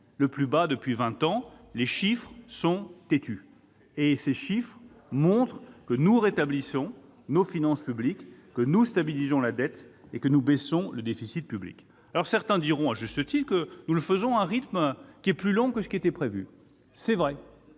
! Il n'y a pas que les chiffres ! Ces chiffres montrent que nous rétablissons nos finances publiques : nous stabilisons la dette et nous baissons le déficit public. Certains diront, à juste titre, que nous le faisons à un rythme qui est plus lent que ce qui était prévu. C'est vrai